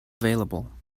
available